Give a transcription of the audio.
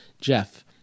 Jeff